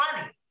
money